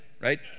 Right